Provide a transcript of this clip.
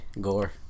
gore